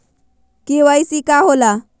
KYC का होला?